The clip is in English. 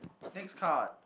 next card